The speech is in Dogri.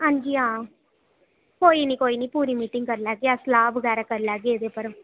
अंजी हां कोई निं कोई निं पूरी मिटिंग करी लैह्गे अस सलाह् बगैरा करी लैगे एह्दे पर